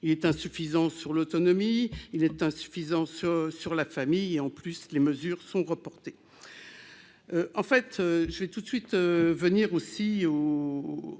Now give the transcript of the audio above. il est insuffisant sur l'autonomie il est insuffisance sur la famille, et en plus, les mesures sont reportées en fait je tout de suite venir aussi ou